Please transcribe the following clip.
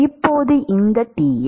இப்போது இந்த Ti